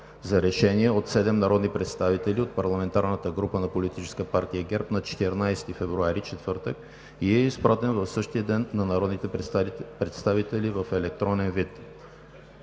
за решение от 7 народни представители от парламентарната група на Политическа партия ГЕРБ на 14 февруари, четвъртък, и е изпратен в същия ден на народните представители в електронен вид.